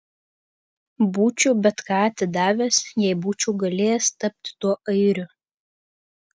būčiau bet ką atidavęs jei būčiau galėjęs tapti tuo airiu